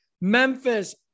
Memphis